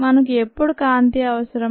మనకు ఎప్పుడు కాంతి అవసరం